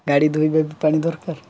ଗାଡ଼ି ଧୋଇବେ ବି ପାଣି ଦରକାର